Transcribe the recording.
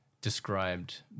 described